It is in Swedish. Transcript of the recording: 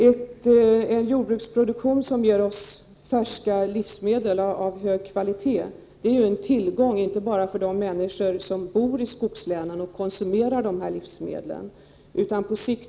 En jordbruksproduktion som ger oss färska livsmedel av hög kvalitet är en tillgång inte bara för de människor som bor i skogslänen och konsumerar dessa livsmedel utan också för många fler människor.